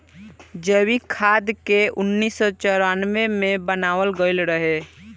जैविक खाद के उन्नीस सौ चौरानवे मे बनावल गईल रहे